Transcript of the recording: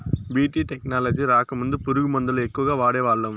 BT technology రాకముందు పురుగు మందుల ఎక్కువగా వాడేవాళ్ళం